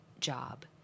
job